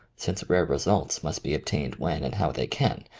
since rare results must be obtained when and how they can.